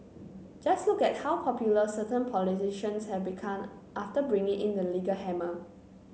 just look at how popular certain politicians have become after bringing in the legal hammer